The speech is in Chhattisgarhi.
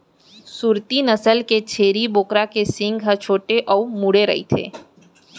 सूरती नसल के छेरी बोकरा के सींग ह छोटे अउ मुड़े रइथे